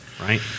right